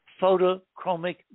photochromic